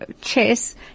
Chess